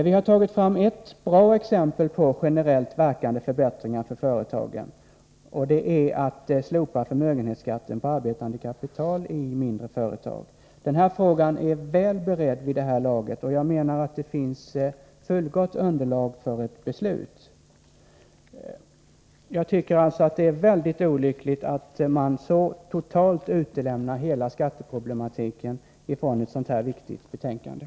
Vi har tagit fram ett bra exempel på generellt verkande förbättringar för företagen, och det är att slopa förmögenhetsskatten på arbetande kapital i mindre företag. Denna fråga är väl beredd vid det här laget, och jag menar att det finns ett fullgott underlag för ett beslut. Det är alltså mycket olyckligt att man i ett sådant här viktigt betänkande så totalt utelämnar hela skatteproblematiken.